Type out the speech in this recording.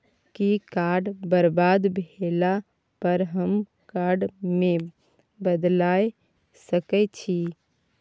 कि कार्ड बरबाद भेला पर हम कार्ड केँ बदलाए सकै छी?